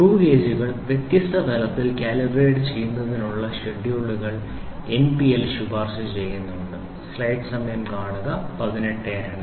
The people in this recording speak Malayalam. സ്ക്രൂ ഗേജുകൾ വ്യത്യസ്ത തലത്തിൽ കാലിബ്രേറ്റ് ചെയ്യുന്നതിനുള്ള ഷെഡ്യൂളുകൾ എൻപിഎൽ ശുപാർശ ചെയ്തിട്ടുണ്ട്